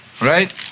Right